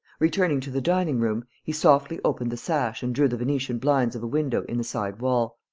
returning to the dining-room, he softly opened the sash and drew the venetian blinds of a window in the side-wall.